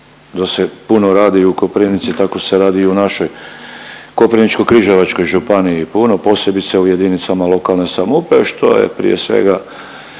da se puno radi u Koprivnici, tako se radi i u našoj Koprivničko-križevačkoj županiji, puno posebice u JLS, što je prije svega